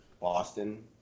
Boston